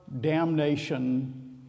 damnation